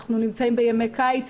אנחנו נמצאים בימי קיץ,